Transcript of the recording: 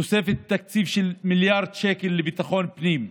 תוספת תקציב של מיליארד שקל לביטחון הפנים,